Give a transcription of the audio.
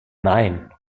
nein